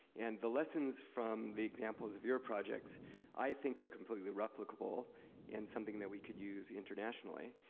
and the lessons from the examples of your projects i think are completely replicable and something that we could use internationally.